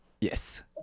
Yes